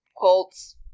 Colts